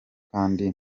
kandi